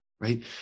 right